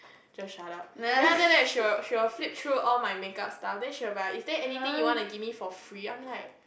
just shut up then after that she will she will flip through all my makeup stuff then she will be like is there anything you want to give me for free I'm like